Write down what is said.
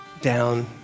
down